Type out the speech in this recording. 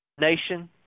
nation